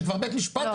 שכבר בית משפט קבע.